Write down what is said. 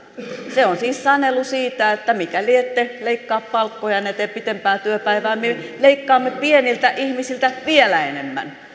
se on siis sanelu siitä että mikäli ette leikkaa palkkojanne tee pitempää työpäivää me leikkaamme pieniltä ihmisiltä vielä enemmän